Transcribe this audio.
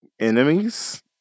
enemies